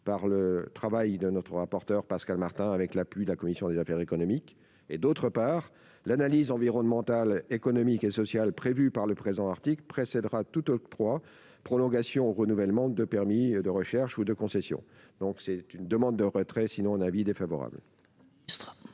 au travail du rapporteur Pascal Martin, avec l'appui de la commission des affaires économiques. D'autre part, l'analyse environnementale, économique et sociale prévue dans le présent article précédera tout octroi, prolongation ou renouvellement de permis de recherche ou de concession. La commission demande donc le retrait de cet amendement